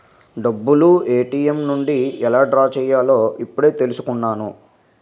డబ్బులు ఏ.టి.ఎం నుండి ఎలా డ్రా చెయ్యాలో ఇప్పుడే తెలుసుకున్నాను